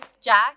Jack